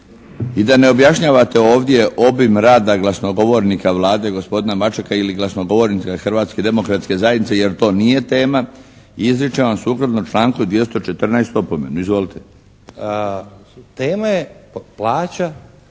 i da ne objašnjavate ovdje obim rada glasnogovornika Vlade gospodina Mačeka ili glasnogovornice Hrvatske demokratske zajednice, jer to nije tema. Izričem vam sukladno članku 214. opomenu. Izvolite. **Stazić,